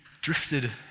drifted